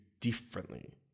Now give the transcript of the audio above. differently